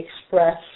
express